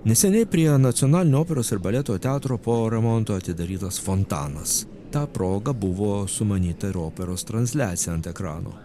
neseniai prie nacionalinio operos ir baleto teatro po remonto atidarytas fontanas ta proga buvo sumanyta ir operos transliacija ant ekrano